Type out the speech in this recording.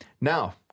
Now